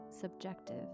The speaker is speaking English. subjective